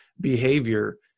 behavior